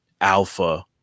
alpha